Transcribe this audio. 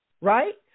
Right